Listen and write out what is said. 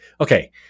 Okay